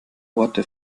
worte